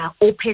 open